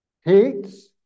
Hates